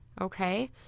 Okay